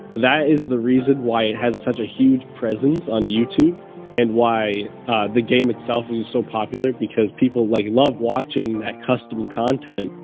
that is the reason why it has such a huge presence on youtube and why the game itself is so popular, because people like love watching that custom content.